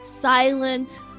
silent